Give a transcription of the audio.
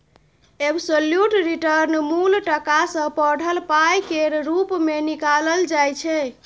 absolute return मुल टका सँ बढ़ल पाइ केर रुप मे निकालल जाइ छै